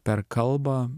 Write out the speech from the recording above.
per kalbą